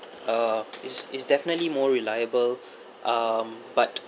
uh it's it's definitely more reliable um but